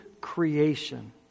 creation